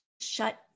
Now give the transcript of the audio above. shut